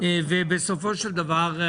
ובסופו של דבר,